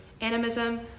animism